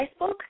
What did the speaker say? Facebook